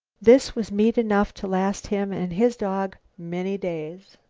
this was meat enough to last him and his dog many days.